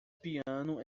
piano